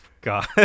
God